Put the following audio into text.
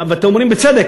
ואתם אומרים בצדק,